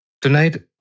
Tonight